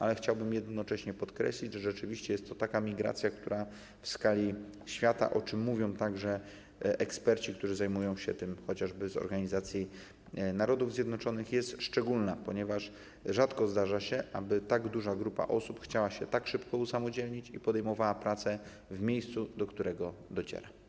Ale chciałbym jednocześnie podkreślić, że rzeczywiście jest to taka migracja, która w skali świata, o czym mówią także eksperci, którzy się tym zajmują, chociażby z Organizacji Narodów Zjednoczonych, jest szczególna, ponieważ rzadko zdarza się, aby tak duża grupa osób chciała się tak szybko usamodzielnić i podjąć pracę w miejscu, do którego dociera.